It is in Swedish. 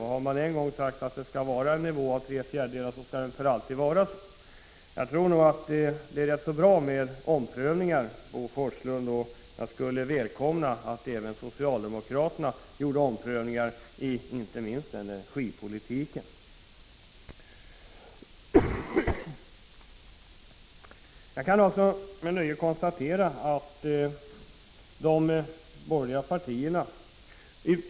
Har man en gång sagt att det skall vara en beskattning motsvarande tre fjärdedelar av oljans, så skall det för alltid vara så! Jag tror nog att det är rätt bra med omprövningar, Bo Forslund. Jag skulle välkomna att även socialdemokraterna gjorde omprövningar, inte minst inom energipolitiken. Jag kan också med nöje konstatera att de borgerliga partierna, från olika — Prot.